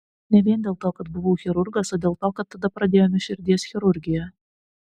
ne vien dėl to kad buvau chirurgas o dėl to kad tada pradėjome širdies chirurgiją